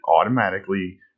automatically